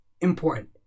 important